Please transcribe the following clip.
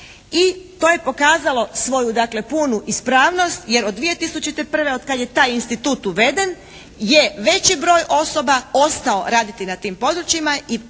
I to je pokazalo dakle svoju punu ispravnost jer od 2001. od kad je taj institut uveden je veći broj osoba ostao raditi na tim područjima